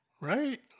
right